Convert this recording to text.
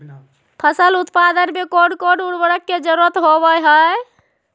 फसल उत्पादन में कोन कोन उर्वरक के जरुरत होवय हैय?